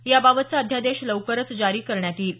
याबाबतचा अध्यादेश लवकरच जारी करण्यात येईल